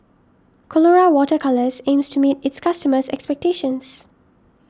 Colora Water Colours aims to meet its customers' expectations